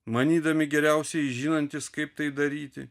manydami geriausiai žinantys kaip tai daryti